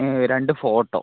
രണ്ട് ഫോട്ടോ